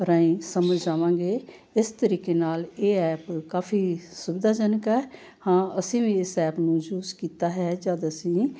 ਰਾਹੀਂ ਸਮਝ ਜਾਵਾਂਗੇ ਇਸ ਤਰੀਕੇ ਨਾਲ ਇਹ ਐਪ ਕਾਫੀ ਸੁਵਿਧਾਜਨਕ ਹੈ ਹਾਂ ਅਸੀਂ ਵੀ ਇਸ ਐਪ ਨੂੰ ਯੂਜ ਕੀਤਾ ਹੈ ਜਦ ਅਸੀਂ